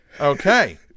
Okay